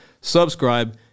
subscribe